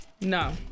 No